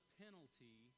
penalty